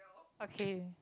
okay